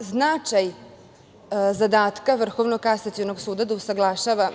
značaj zadatka Vrhovnog kasacionog suda da usaglašava